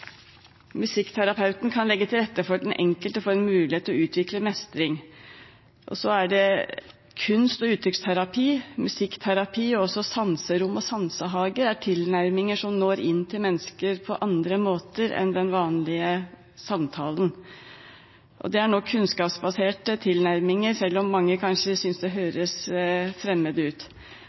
Musikkterapeuten kan legge til rette slik at den enkelte får en mulighet til å utvikle mestring. Så er det kunst- og uttrykksterapi, musikkterapi, og også sanserom og sansehage er tilnærminger som når inn til mennesker på andre måter enn den vanlige samtalen. Det er kunnskapsbaserte tilnærminger selv om mange kanskje synes det høres fremmed ut.